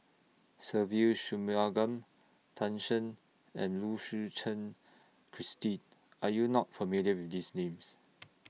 Se Ve Shanmugam Tan Shen and Lu Suchen Christine Are YOU not familiar with These Names